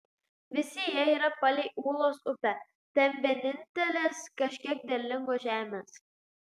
visi jie yra palei ūlos upę ten vienintelės kažkiek derlingos žemės